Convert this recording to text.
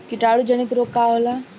कीटाणु जनित रोग का होला?